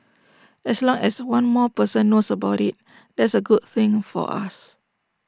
as long as one more person knows about IT that's A good thing for us